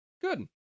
good